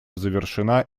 завершена